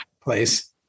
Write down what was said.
place